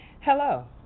Hello